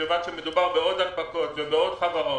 כיוון שמדובר בעוד הנפקות ובעוד חברות